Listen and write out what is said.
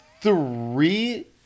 three